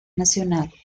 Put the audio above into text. nacional